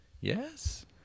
Yes